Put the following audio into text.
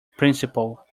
principal